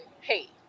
hey